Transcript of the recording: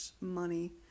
money